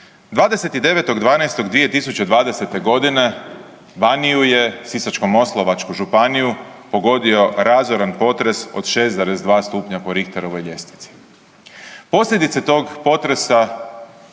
29.12. 2020. g. Baniju je, Sisačko-moslavačku županiju pogodio razoran potres od 6,2 stupnja po Richterovoj ljestvici. Posljedice tog potresa